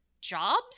jobs